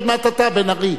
עוד מעט אתה, בן-ארי.